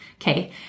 Okay